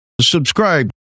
subscribe